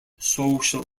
social